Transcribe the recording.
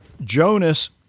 jonas